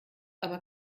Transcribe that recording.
aber